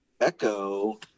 echo